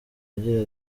agira